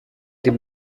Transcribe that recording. την